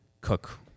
cook